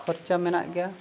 ᱠᱷᱚᱨᱪᱟ ᱢᱮᱱᱟᱜ ᱜᱮᱭᱟ